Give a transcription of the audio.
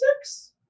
six